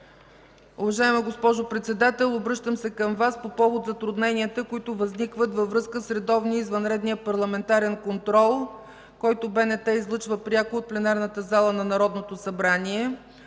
„Уважаема госпожо Председател, обръщам се към Вас по повод затрудненията, които възникват във връзка с редовния и извънредния парламентарен контрол, който БНТ излъчва пряко от пленарната зала на Народното събрание.